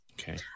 Okay